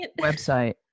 website